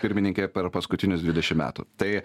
pirmininkė per paskutinius dvidešim metų tai